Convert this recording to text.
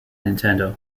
nintendo